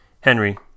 Henry